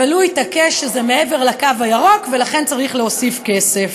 אבל הוא התעקש שזה מעבר לקו הירוק ולכן צריך להוסיף כסף".